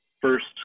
First